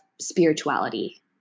spirituality